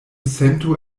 sento